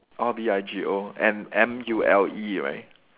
orh B I G O M M U L E right